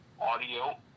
audio